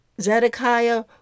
Zedekiah